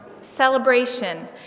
celebration